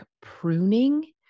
pruning